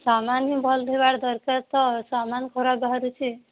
ସାମାନ ଭଲ ଥିବା ଦରକାର ତ ସାମାନ କୁଡ଼ା ବାହାରୁଛି